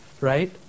right